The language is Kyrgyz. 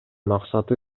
максаты